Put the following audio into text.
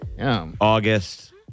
August